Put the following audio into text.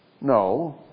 No